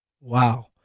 Wow